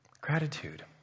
Gratitude